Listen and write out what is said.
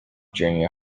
junior